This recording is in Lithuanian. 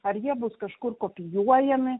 ar jie bus kažkur kopijuojami